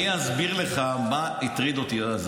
אני אסביר לך מה הטריד אותי אז,